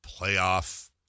playoff